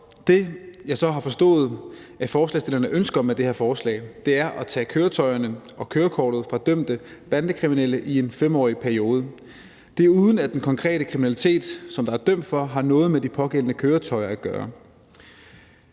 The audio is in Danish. Det, jeg så har forstået forslagsstillerne ønsker med det her forslag, er at tage køretøjerne og kørekortet fra dømte bandekriminelle i en 5-årig periode, og det, uden at den konkrete kriminalitet, som der er dømt for, har noget med de pågældende køretøjer at gøre.